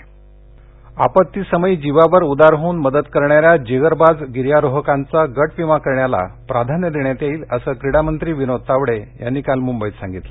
आपत्ती आपत्तीसमयी जिवावर उदार होऊन मदत करणाऱ्या जिगरबाज गिर्यारोहकांचा गट विमा करण्याला प्राधान्य देण्यात येईल असं क्रीडामंत्री विनोद तावडे यांनी काल मुंबईत सांगितलं